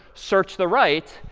search the right.